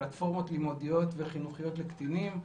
פלטפורמות לימודיות וחינוכיות לקטינים,